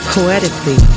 Poetically